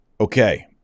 Okay